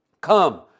come